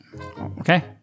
Okay